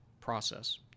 process